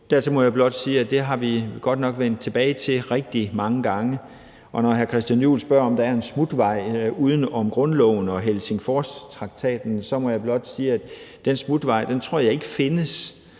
må jeg blot sige, at det er vi godt nok vendt tilbage til rigtig mange gange. Og når hr. Christian Juhl spørger, om der er en smutvej uden om grundloven og Helsingforstraktaten, så må jeg blot sige, at den smutvej tror jeg ikke findes.